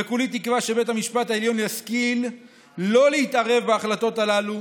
וכולי תקווה שבית המשפט העליון ישכיל לא להתערב בהחלטות הללו,